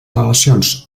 relacions